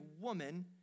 woman